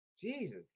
Jesus